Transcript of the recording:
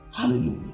Hallelujah